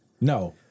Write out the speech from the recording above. No